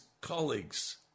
colleagues